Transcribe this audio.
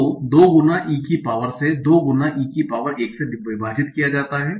तो 2 गुना e की पावर से 2 गुना e की पावर 1 से विभाजित किया जाता है